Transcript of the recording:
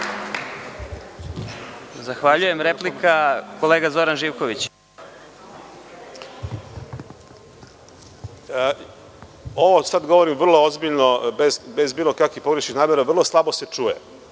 Zahvaljujem. Replika, kolega Zoran Živković. **Zoran Živković** Ovo sada govorim vrlo ozbiljno, bez bilo kakvih pogrešnih namera, vrlo slabo se čuje.